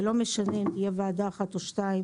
זה לא משנה אם תהיה ועדה אחת או שתיים.